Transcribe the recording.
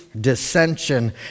Dissension